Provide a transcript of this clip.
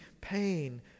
pain